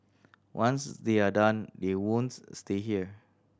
once they are done they stay here